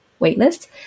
waitlist